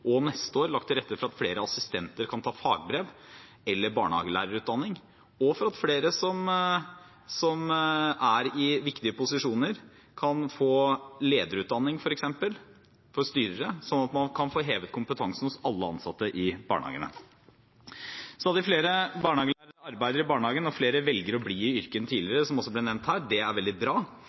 og neste år lagt til rette for at flere assistenter kan ta fagbrev eller barnehagelærerutdanning, og for at flere som er i viktige posisjoner, kan få lederutdanning for styrere, f.eks., slik at man kan få hevet kompetansen hos alle ansatte i barnehagene. Stadig flere barnehagelærere arbeider i barnehagen, og flere velger å bli i yrket enn tidligere, som også ble nevnt her, og det er veldig bra.